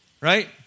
Right